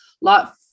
lot